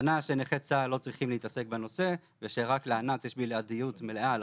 ענה שנכי צה"ל לא צריכים להתעסק בנושא ושרק לאנ"צ יש בלעדיות מלאה על